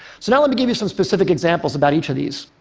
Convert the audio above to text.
so now let me give you some specific examples about each of these.